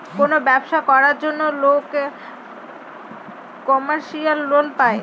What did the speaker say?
কোনো ব্যবসা করার জন্য লোক কমার্শিয়াল লোন পায়